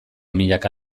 milaka